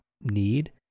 need